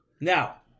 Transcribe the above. Now